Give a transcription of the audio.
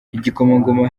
igikomangoma